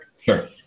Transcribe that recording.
Sure